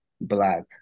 Black